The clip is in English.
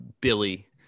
Billy